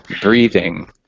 breathing